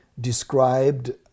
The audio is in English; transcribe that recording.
described